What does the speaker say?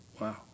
Wow